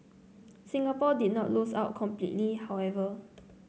Singapore did not lose out completely however